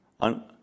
on